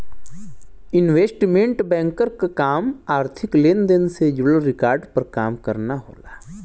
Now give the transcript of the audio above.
investment banker क काम आर्थिक लेन देन से जुड़ल रिकॉर्ड पर काम करना होला